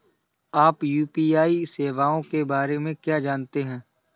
आप यू.पी.आई सेवाओं के बारे में क्या जानते हैं?